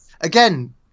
Again